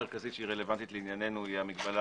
המגבלה המרכזית שהיא רלוונטית לענייננו היא המגבלה